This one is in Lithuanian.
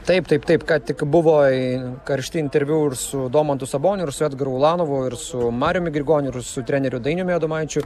taip taip taip ką tik buvo karšti interviu su domantu saboniu ir su edgaru ulanovu ir su mariumi grigoniu ir su treneriu dainiumi adomaičiu